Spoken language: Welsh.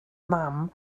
mam